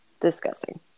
disgusting